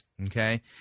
Okay